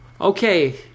okay